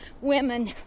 women